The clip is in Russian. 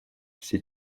все